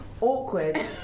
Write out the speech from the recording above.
awkward